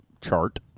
chart